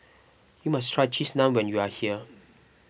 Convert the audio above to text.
you must try Cheese Naan when you are here